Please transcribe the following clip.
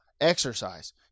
Exercise